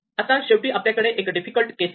आता शेवटी आपल्याकडे एक डिफिकल्ट केस आहे